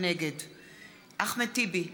נגד אחמד טיבי,